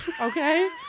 okay